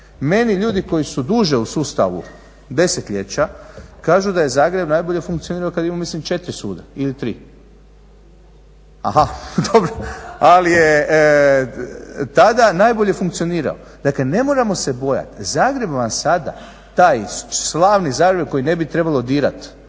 Meni ljudi koji su duže u sustavu, desetljeća, kažu da je Zagreb najbolje funkcionira kad je imao, mislim, 4 suda ili 3. … /Upadica se ne čuje./ … Aha, dobro. Ali je tada najbolje funkcionirao. Dakle, ne moramo se bojati. Zagreb vam sada, taj slavni Zagreb koji ne bi trebalo dirati,